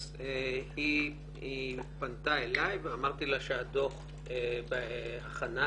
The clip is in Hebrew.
אז היא פנתה אלי ואמרתי לה שהדוח בהכנה